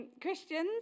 Christians